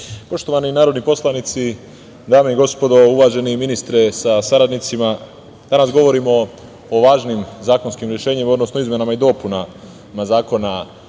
narodni poslanici, dame i gospodo, uvaženi ministre sa saradnicima, danas govorimo o važnim zakonskim rešenjima, odnosno o izmenama i dopunama Zakona